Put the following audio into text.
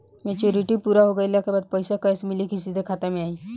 Maturity पूरा हो गइला के बाद पईसा कैश मिली की सीधे खाता में आई?